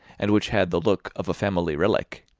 and which had the look of a family relic.